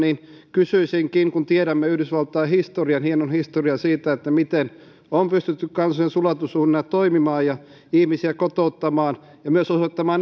kysyisinkin kun tiedämme yhdysvaltain hienon historian siitä miten on pystytty kansojen sulatusuunina toimimaan ja ihmisiä kotouttamaan ja myös osoittamaan